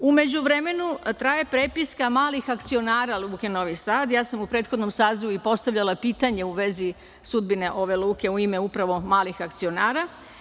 U međuvremenu traje prepiska malih akcionara Luke Novi Sad, ja sam u prethodnom sazivu i postavljala pitanja u vezi sudbine ove luke, u ime upravo malim akcionara.